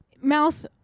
mouth